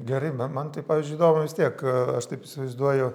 gerai na man tai pavyzdžiui įdomu vis tiek aš taip įsivaizduoju